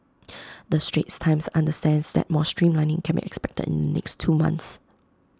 the straits times understands that more streamlining can be expected in the next two months